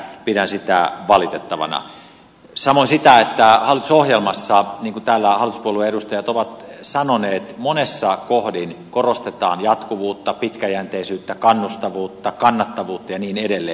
pidän sitä valitettavana samoin sitä että hallitusohjelmassa niin kuin täällä hallituspuolueiden edustajat ovat sanoneet monessa kohdin korostetaan jatkuvuutta pitkäjänteisyyttä kannustavuutta kannattavuutta ja niin edelleen